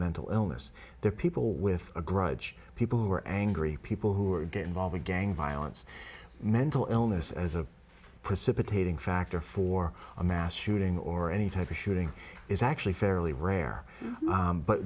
mental illness they're people with a grudge people who are angry people who are get involved in gang violence mental illness as a precipitating factor for a mass shooting or any type of shooting is actually fairly rare